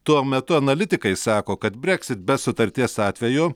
tuo metu analitikai sako kad breksit be sutarties atveju